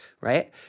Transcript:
right